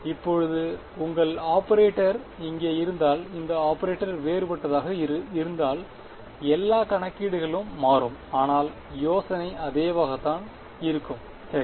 இப்போது உங்கள் ஆபரேட்டர் இங்கே இருந்தால் இந்த ஆபரேட்டர் வேறுபட்டதாக இருந்தால் எல்லா கணக்கீடுகளும் மாறும் ஆனால் யோசனை அதேவாகத்தான் இருக்கும் சரி